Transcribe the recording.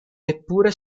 neppure